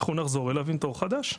אנחנו נחזור אליו עם תור חדש.